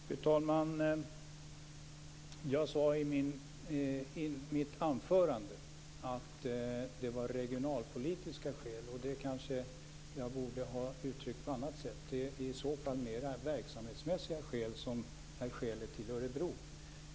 Fru talman! Jag sade i mitt anförande att det fanns regionalpolitiska skäl. Jag borde kanske ha uttryckt mig på ett annat sätt. Det är mer verksamhetsmässiga skäl som ligger bakom valet av Örebro som huvudort.